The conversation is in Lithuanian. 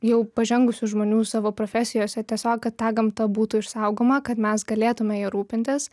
jau pažengusių žmonių savo profesijose tiesiog kad ta gamta būtų išsaugoma kad mes galėtume ja rūpintis